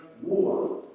war